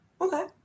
Okay